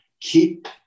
keep